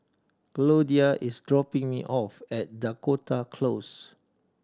Goldia is dropping me off at Dakota Close